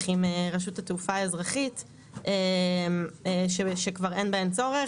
עם רשות התעופה האזרחית שכבר אין בהן צורך,